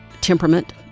temperament